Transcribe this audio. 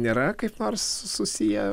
nėra kaip nors susiję